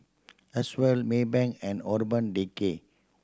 Acwell Maybank and Urban Decay